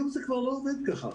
היום זה כבר לא עובד ככה.